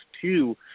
two